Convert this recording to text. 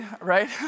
right